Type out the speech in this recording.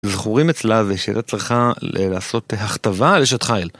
זכורים אצלה זה שהיא היתה צריכה לעשות הכתבה על אשת חייל.